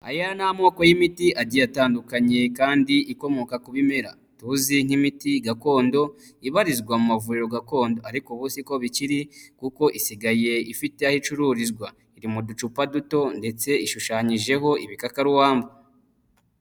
Aya ni amoko y'imiti agiye atandukanye, kandi ikomoka ku bimera, tuzi nk'imiti gakondo ibarizwa mu mavuriro gakondo, ariko ubu siko bikiri kuko isigaye ifite aho icururizwa, iri mu ducupa duto ndetse ishushanyijeho ibikakaruwamba.